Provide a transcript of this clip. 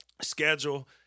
schedule